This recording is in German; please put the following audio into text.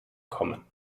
kommen